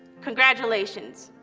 congratulations!